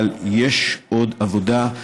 אבל יש עוד עבודה.